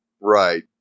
Right